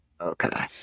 Okay